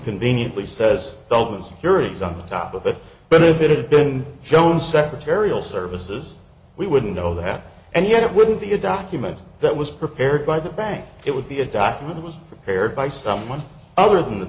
conveniently says don't was curious on the top of it but if it had been shown secretarial services we wouldn't know that and yet it wouldn't be a document that was prepared by the bank it would be a document was prepared by someone other than the